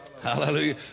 Hallelujah